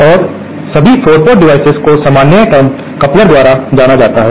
और सभी 4 port devices को सामान्य टर्म कपलर द्वारा जाना जाता है